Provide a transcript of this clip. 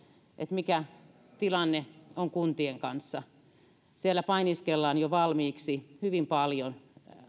mikä tilanne on kuntien kanssa siellä painiskellaan jo valmiiksi hyvin paljon